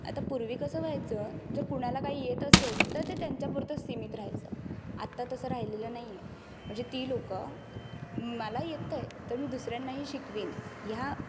आता पूर्वी कसं व्हायचं जर कुणाला काही येत असेल तर ते त्यांच्या पुरतं सीमित राहायचं आत्ता तसं राहिलेलं नाही आहे म्हणजे ती लोक मला येतं आहे तर मी दुसऱ्यांनाही शिकवेन ह्या